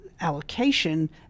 allocation